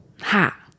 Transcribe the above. ha